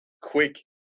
quick